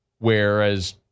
Whereas